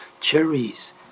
Cherries